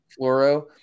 fluoro